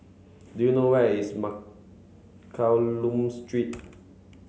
do you know where is Mccallum Street